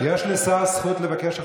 יש לשר זכות לבקש עכשיו,